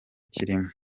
kirimo